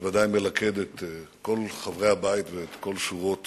שבוודאי מלכד את כל חברי הבית ואת כל שורות